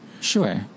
Sure